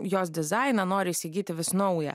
jos dizainą nori įsigyti vis naują